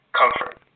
comfort